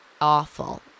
awful